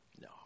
no